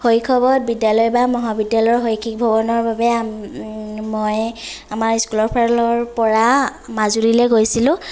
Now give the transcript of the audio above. শৈশৱত বিদ্যালয় বা মহাবিদ্যালয়ৰ শৈক্ষিক ভ্ৰমণৰ বাবে মই আমাৰ স্কুলৰ ফালৰ পৰা মাজুলীলৈ গৈছিলোঁ